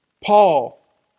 Paul